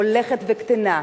הולכת וקטנה.